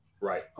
right